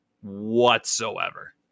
whatsoever